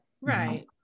Right